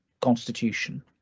constitution